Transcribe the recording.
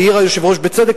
כי העיר היושב-ראש בצדק,